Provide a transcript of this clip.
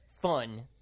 fun